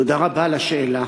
תודה רבה על השאלה.